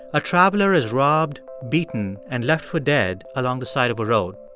a traveler is robbed, beaten and left for dead along the side of a road.